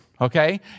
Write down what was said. okay